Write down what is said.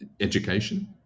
education